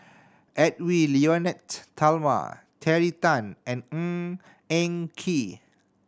Edwy Lyonet Talma Terry Tan and Ng Eng Kee